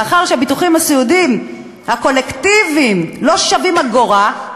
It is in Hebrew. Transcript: מאחר שהביטוחים הסיעודיים הקולקטיביים לא שווים אגורה,